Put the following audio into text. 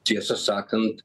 tiesą sakant